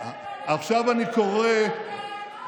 עכשיו אני קורא,